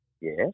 Yes